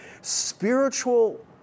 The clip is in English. spiritual